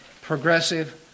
progressive